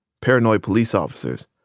paranoid police officers,